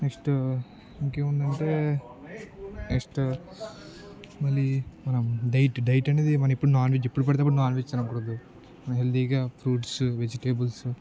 next ఇంకా ఏముంది అంటే నెక్స్ట్ మళ్ళీ మనం డైట్ డైట్ అనేది మనం ఇప్పుడు నాన్ వెజ్ ఎప్పుడు పడితే అప్పుడు నాన్ వెెజ్ తినకూడదు మన హెల్తీగా ఫ్రూట్స్ వెజిటేబుల్స్